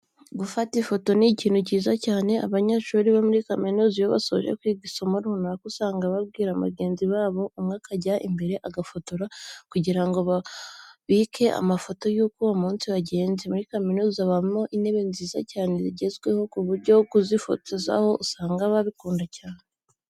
Gufata ifoto ni ikintu cyiza cyane. Abanyeshuri bo muri kaminuza iyo basoje kwiga isomo runaka usanga babwira mugenzi wabo umwe akajya imbere akabafotora kugira ngo babike amafoto y'uko uwo munsi wagenze. Muri kaminuza habamo intebe nziza cyane zigezweho ku buryo kuzifotorezaho usanga babikunda cyane.